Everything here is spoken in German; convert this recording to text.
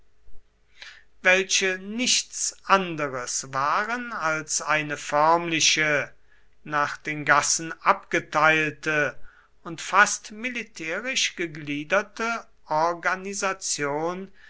welche nichts anderes waren als eine förmliche nach den gassen abgeteilte und fast militärisch gegliederte organisation